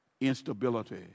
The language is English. Instability